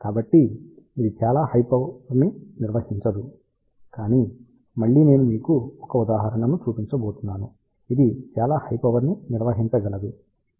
కాబట్టి ఇది చాలా హై పవర్ ని నిర్వహించదు కానీ మళ్ళీ నేను మీకు 1 ఉదాహరణను చూపించబోతున్నాను ఇది చాలా హై పవర్ ని నిర్వహించగలదు